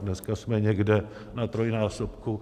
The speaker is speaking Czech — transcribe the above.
Dneska jsme někde na trojnásobku.